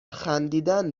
خندیدن